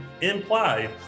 Implied